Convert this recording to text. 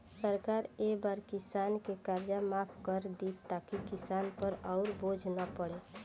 सरकार ए बार किसान के कर्जा माफ कर दि ताकि किसान पर अउर बोझ ना पड़े